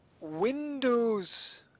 windows